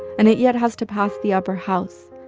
and it yet has to pass the upper house.